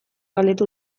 galdetu